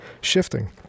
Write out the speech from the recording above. shifting